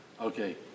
Okay